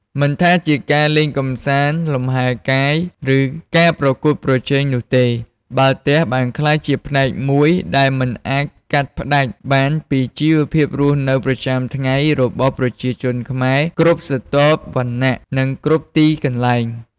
មិនថាជាការលេងកម្សាន្ត លំហែរកាយ ឬការប្រកួតប្រជែងនោះទេ បាល់ទះបានក្លាយជាផ្នែកមួយដែលមិនអាចកាត់ផ្ដាច់បានពីជីវភាពរស់នៅប្រចាំថ្ងៃរបស់ប្រជាជនខ្មែរគ្រប់ស្រទាប់វណ្ណៈ និងគ្រប់ទីកន្លែង។